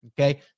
Okay